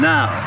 Now